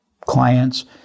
clients